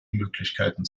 möglichkeiten